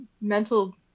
mental